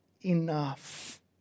enough